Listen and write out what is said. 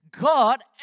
God